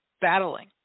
battling